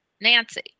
Nancy